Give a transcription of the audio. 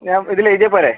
ഞാൻ ഇതിൽ എഴുതിയാൽ പോരേ